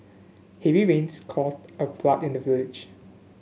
heavy rains caused a flood in the village